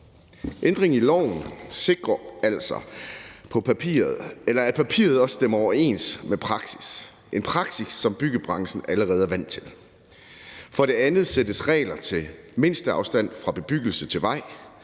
Ændringen i loven sikrer altså, at papiret også stemmer overens med en praksis, som byggebranchen allerede er vant til. For det andet fastsættes regler om mindsteafstand fra bebyggelse til vej.